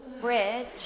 bridge